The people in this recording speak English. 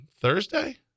Thursday